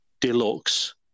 Deluxe